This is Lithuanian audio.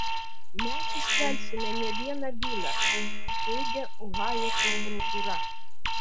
mes iškelsime ne vieną bylą teigia ohajo prokuratūra